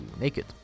naked